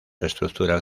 estructuras